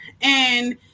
and-